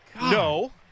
No